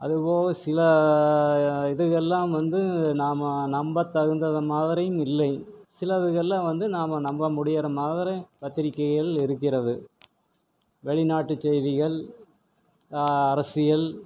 அது போக சில இதுகள்லாம் வந்து நாம் நம்பத்தகுந்தது மாதிரியும் இல்லை சிலதுகள்லாம் வந்து நாம் நம்ப முடிகிற மாதிரி பத்திரிக்கைகள் இருக்கிறது வெளிநாட்டுச் செய்திகள் அரசியல்